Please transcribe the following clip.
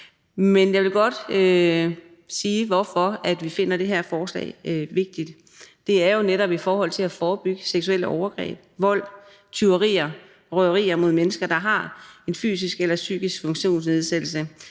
Men jeg vil godt sige noget om, hvorfor vi finder det her forslag vigtigt. Det handler netop om at forebygge seksuelle overgreb, vold, tyverier, røverier mod mennesker, der har en fysisk eller psykisk funktionsnedsættelse,